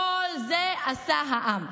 את כל זה עשה העם.